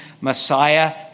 Messiah